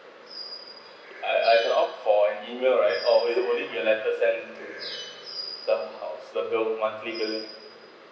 I I have to opt for an email right or would it would it be a letter send to the house the loan the monthly bill